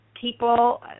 people